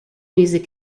music